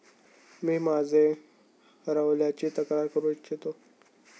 मी माझे debit card हरवल्याची तक्रार करू इच्छितो